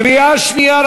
קריאה שנייה.